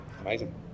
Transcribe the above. Amazing